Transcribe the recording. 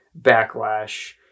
backlash